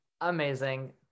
amazing